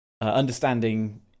understanding